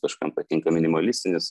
kažkam patinka minimalistinis